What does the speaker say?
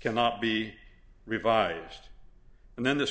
cannot be revised and then this